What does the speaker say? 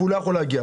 ולא יכול להגיע.